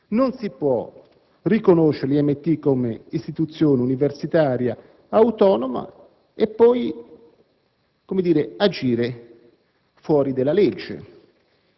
Non si può riconoscere l'IMT come istituzione universitaria autonoma e poi agire fuori della legge.